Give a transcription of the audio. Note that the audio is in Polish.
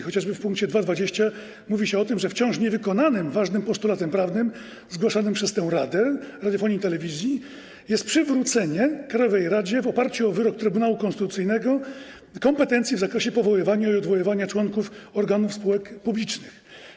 Chociażby w pkt 2.20 mówi się o tym, że wciąż niewykonanym ważnym postulatem prawnym, zgłaszanym przez radę radiofonii i telewizji, jest przywrócenie krajowej radzie w oparciu o wyrok Trybunału Konstytucyjnego kompetencji w zakresie powoływania i odwoływania członków organów spółek publicznych.